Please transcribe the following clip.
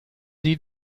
die